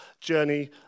journey